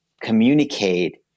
communicate